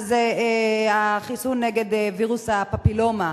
וזה החיסון נגד וירוס הפפילומה,